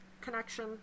connection